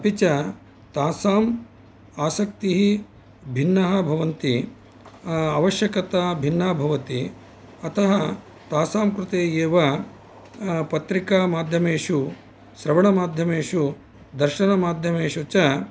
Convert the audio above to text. अपि च तासाम् आसक्तिः भिन्नः भवन्ति आवश्यकता भिन्ना भवति अतः तासां कृते एव पत्रिका माध्यमेषु श्रवणमाध्यमेषु दर्शनमाध्यमेषु च